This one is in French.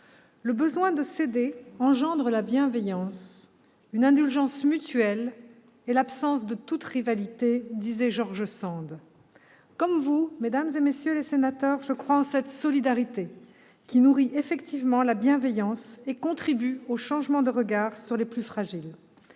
« le besoin de s'aider engendre la bienveillance, une indulgence mutuelle, l'absence de toute rivalité », disait George Sand. Comme vous, mesdames, messieurs les sénateurs, je crois en cette solidarité qui nourrit effectivement la bienveillance et contribue au changement de regard sur les plus fragiles.